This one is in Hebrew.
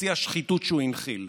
בשיא השחיתות שהוא הנחיל,